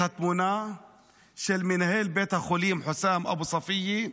התמונה של מנהל בית החולים חוסאם אבו ספיה,